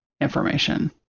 information